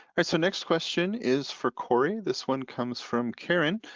ah so next question is for corey. this one comes from karen.